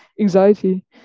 anxiety